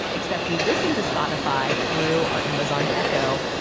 except we listened to spotify through our amazon echo,